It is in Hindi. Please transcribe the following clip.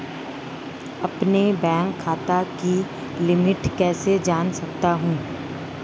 अपने बैंक खाते की लिमिट कैसे जान सकता हूं?